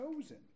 chosen